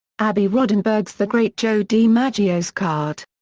abie rotenberg's the great joe dimaggio's card.